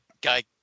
guy